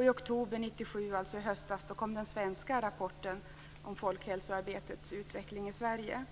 I oktober 1997, alltså i höstas, kom den svenska rapporten om folkhälsoarbetets utveckling i Sverige.